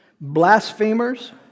blasphemers